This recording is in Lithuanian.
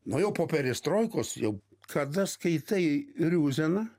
nu jau po perestroikos jau kada skaitai riuzeną